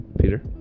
Peter